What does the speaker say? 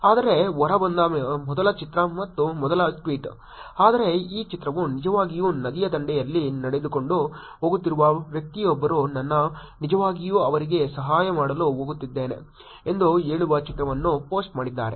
ಆದರೆ ಹೊರಬಂದ ಮೊದಲ ಚಿತ್ರ ಮತ್ತು ಮೊದಲ ಟ್ವೀಟ್ ಆದರೆ ಈ ಚಿತ್ರವು ನಿಜವಾಗಿಯೂ ನದಿಯ ದಂಡೆಯಲ್ಲಿ ನಡೆದುಕೊಂಡು ಹೋಗುತ್ತಿರುವ ವ್ಯಕ್ತಿಯೊಬ್ಬರು ನಾನು ನಿಜವಾಗಿಯೂ ಅವರಿಗೆ ಸಹಾಯ ಮಾಡಲು ಹೋಗುತ್ತಿದ್ದೇನೆ ಎಂದು ಹೇಳುವ ಚಿತ್ರವನ್ನು ಪೋಸ್ಟ್ ಮಾಡಿದ್ದಾರೆ